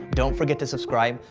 don't forget to subscribe,